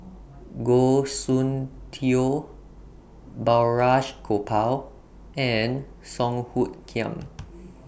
Goh Soon Tioe Balraj Gopal and Song Hoot Kiam